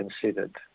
considered